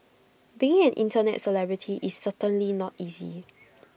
being an Internet celebrity is certainly not easy